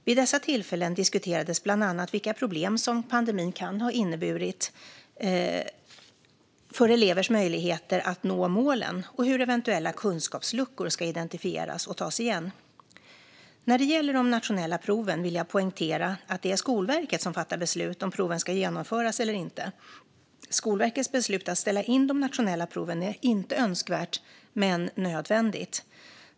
Vid dessa tillfällen diskuterades bland annat vilka problem som pandemin kan ha inneburit för elevers möjligheter att nå målen och hur eventuella kunskapsluckor ska identifieras och tas igen. När det gäller de nationella proven vill jag poängtera att det är Skolverket som fattar beslut om proven ska genomföras eller inte. Skolverkets beslut att ställa in de nationella proven är inte önskvärt men nödvändigt.